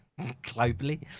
globally